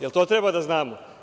Da li to treba da znamo?